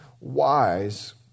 wise